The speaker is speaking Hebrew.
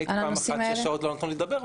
אני הייתי פעם אחת שש שעות לא נתנו לי לדבר,